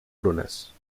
brunes